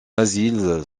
asile